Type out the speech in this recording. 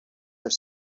your